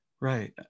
right